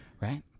Right